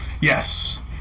Yes